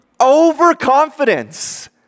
overconfidence